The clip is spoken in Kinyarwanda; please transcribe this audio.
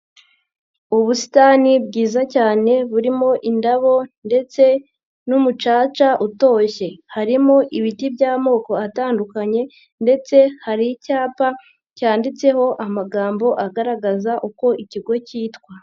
Ubusitani bwiza cyane burimo indabo ndetse n'umucaca utoshye. Harimo ibiti by'amoko atandukanye ndetse hari icyapa cyanditseho amagambo agaragaza uko ikigo cyitwa.